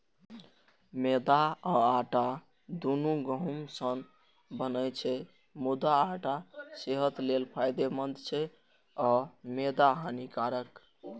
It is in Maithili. मैदा आ आटा, दुनू गहूम सं बनै छै, मुदा आटा सेहत लेल फायदेमंद छै आ मैदा हानिकारक